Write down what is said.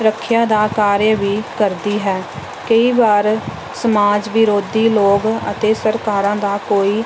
ਰੱਖਿਆ ਦਾ ਕਾਰਜ ਵੀ ਕਰਦੀ ਹੈ ਕਈ ਵਾਰ ਸਮਾਜ ਵਿਰੋਧੀ ਲੋਕ ਅਤੇ ਸਰਕਾਰਾਂ ਦਾ ਕੋਈ